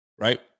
right